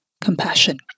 compassion